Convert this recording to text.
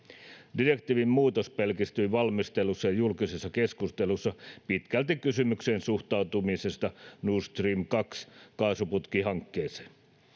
direktiivin muutos pelkistyi valmistelussa ja julkisessa keskustelussa pitkälti kysymykseen suhtautumisesta nord stream kaksi kaasuputkihankkeeseen